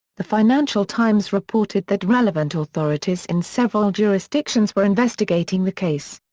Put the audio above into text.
the financial times reported that relevant authorities in several jurisdictions were investigating the case.